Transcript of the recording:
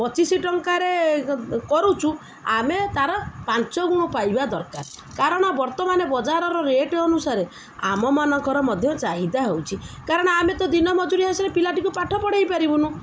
ପଚିଶି ଟଙ୍କାରେ କରୁଛୁ ଆମେ ତାର ପାଞ୍ଚ ଗୁଣ ପାଇବା ଦରକାର କାରଣ ବର୍ତ୍ତମାନ ବଜାରର ରେଟ ଅନୁସାରେ ଆମମାନଙ୍କର ମଧ୍ୟ ଚାହିଦା ହଉଛି କାରଣ ଆମେ ତ ଦିନ ମଜୁରୀ ଆସିଲେ ପିଲାଟିକୁ ପାଠ ପଢ଼େଇ ପାରିବୁନୁ